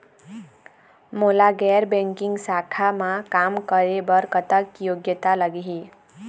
मोला गैर बैंकिंग शाखा मा काम करे बर कतक योग्यता लगही?